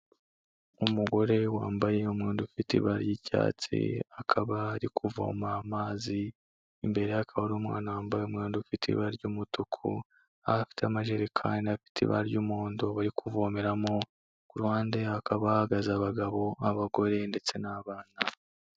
Umugore wambaye umwenda ufite ibara ry'icyatsi, akaba ari kuvoma amazi imbere, haba hari umwana wambaye umwenda ufite ibara ry'umutuku, afite amajerekani afite ibara ry'umuhondo bari kuvomeramo, kuruhande hakaba hahagaze abagabo, abagore, ndetse n'abana.